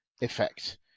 effect